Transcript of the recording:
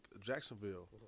Jacksonville